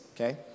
okay